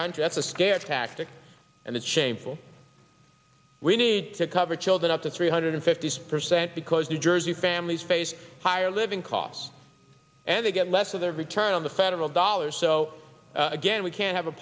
country that's a scare tactic and it's shameful we need to cover children up to three hundred fifty percent because new jersey families face higher living costs and they get less of their return on the federal dollars so again we can have a